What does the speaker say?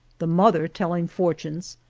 the mother telling fortunes,